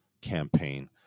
campaign